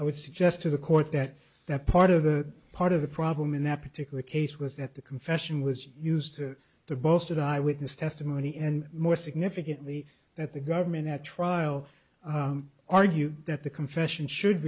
i would suggest to the court that that part of the part of the problem in that particular case was that the confession was used to boasted eyewitness testimony and more significantly that the government that trial argued that the confession should